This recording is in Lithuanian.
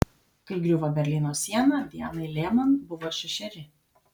kai griuvo berlyno siena dianai lehman buvo šešeri